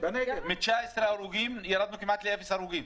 מ-19 הרוגים ירדנו כמעט לאפס הרוגים.